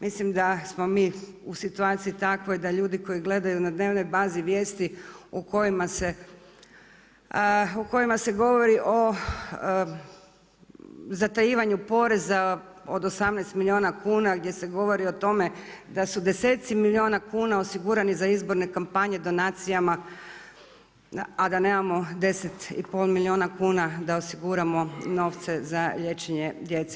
Mislim da smo mi u situaciji takvoj da ljudi koji gledaju na dnevnoj bazi vijesti u kojima se govori o zatajivanju poreza od 18 milijuna kuna, gdje se govori o tome da su deseci milijuna kuna osigurani za izborne kampanje donacijama, a da nemamo 10,5 milijuna kuna da osiguramo novce za liječenje djece.